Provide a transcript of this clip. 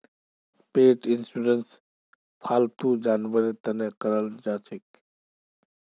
पेट insurance फालतू जानवरेर तने कराल जाछेक